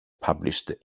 published